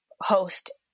host